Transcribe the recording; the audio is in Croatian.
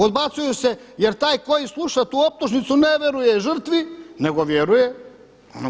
Odbacuju se jer taj koji sluša tu optužnici ne vjeruje žrtvi nego vjeruje onom.